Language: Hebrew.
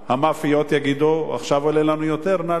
המאפיות יגידו: עכשיו עולה לנו יותר, נעלה.